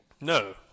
No